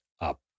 up